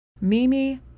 Mimi